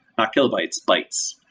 not kilobytes, bytes.